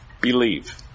Believe